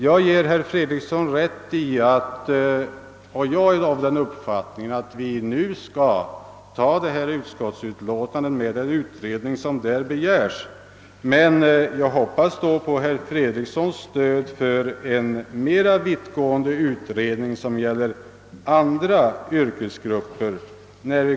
Även jag anser att vi nu skall bifalla utskottets förslag och sålunda hemställa om den utredning som har begärts. Jag hoppas emellertid då på herr Fredrikssons stöd nästa år i fråga om en mer vittgående utredning för andra yrkesgrupper.